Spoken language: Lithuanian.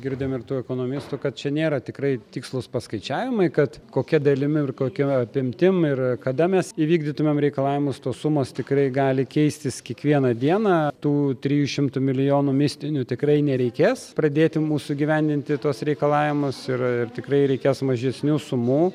girdim ir tų ekonomistų kad čia nėra tikrai tikslūs paskaičiavimai kad kokia dalimi ir kokia apimtim ir kada mes įvykdytumėm reikalavimus tos sumos tikrai gali keistis kiekvieną dieną tų trijų šimtų milijonų mistinių tikrai nereikės pradėti mūsų įgyvendinti tuos reikalavimus ir tikrai reikės mažesnių sumų